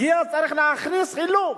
הגיע, צריך להכניס הילוך,